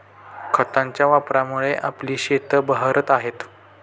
खतांच्या वापरामुळे आपली शेतं बहरत आहेत